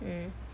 mm